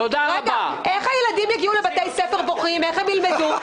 איך הילדים, שיגיעו לבתי ספר בוכים, יוכלו ללמוד?